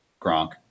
Gronk